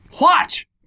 Watch